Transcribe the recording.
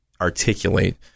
articulate